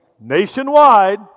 nationwide